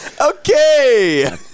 Okay